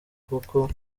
kuko